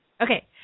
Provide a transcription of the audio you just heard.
Okay